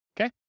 Okay